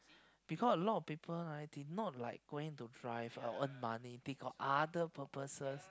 because a lot of people right they not like going to drive or earn money they got other purposes